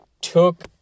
took